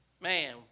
Man